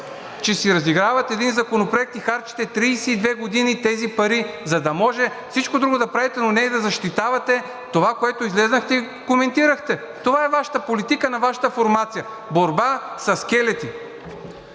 че си разигравате един законопроект и харчите 32 години тези пари, за да може всичко друго да правите, но не и да защитавате това, което излязохте и коментирахте. Това е Вашата политика на Вашата формация – борба със скелети.